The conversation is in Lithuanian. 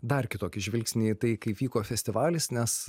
dar kitokį žvilgsnį į tai kaip vyko festivalis nes